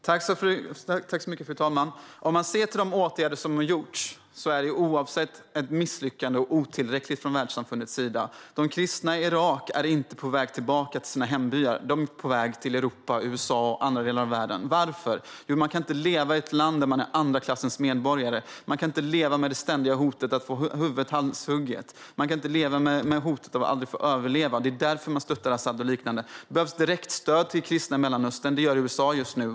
Fru talman! Om vi ser till de åtgärder som har vidtagits av världssamfundet är det ändå ett misslyckande och otillräckligt. De kristna i Irak är inte på väg tillbaka till sina hembyar, utan de är på väg till Europa, USA och andra delar av världen. Varför? Jo, de kan inte leva i ett land där de är andra klassens medborgare och där de står under ständigt hot att bli halshuggna. Det är därför de stöder Asad och liknande. Det behövs direktstöd till kristna i Mellanöstern. Det ger USA just nu.